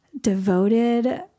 devoted